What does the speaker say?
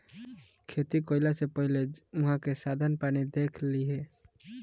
खेती कईला से पहिले उहाँ के साधन पानी पहिले देख लिहअ